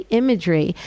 imagery